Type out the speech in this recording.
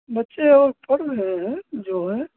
बच्चे और पढ़ रहे हैं जो है